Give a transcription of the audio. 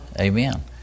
Amen